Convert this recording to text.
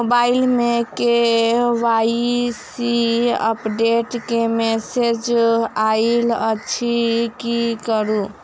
Mobile मे KYC update केँ message आइल अछि की करू?